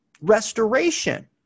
restoration